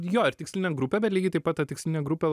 jo ir tikslinė grupė bet lygiai taip pat ta tikslinė grupė